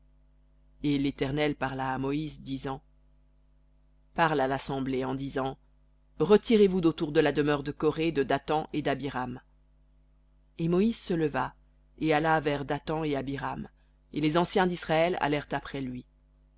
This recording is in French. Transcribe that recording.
et l'éternel parla à moïse disant parle à l'assemblée en disant retirez-vous d'autour de la demeure de coré de dathan et dabiram et moïse se leva et alla vers dathan et abiram et les anciens d'israël allèrent après lui